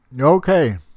Okay